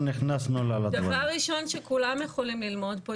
דבר ראשון שכולם יכולים ללמוד פה,